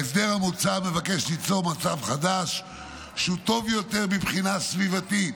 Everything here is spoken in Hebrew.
ההסדר המוצע מבקש ליצור מצב חדש שהוא טוב יותר מבחינה סביבתית,